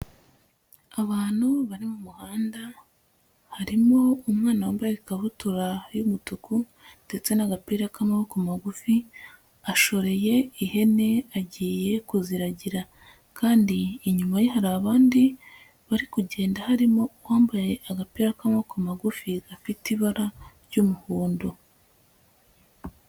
Abantu bari mu muhanda, harimo umwana wambaye ikabutura y'umutuku ndetse n'agapira k'amaboko magufi ashoreye ihene agiye kuziragira, kandi inyuma ye hari abandi bari kugenda harimo uwambaye agapira k'amaboko magufi gafite ibara ry'umuhondo.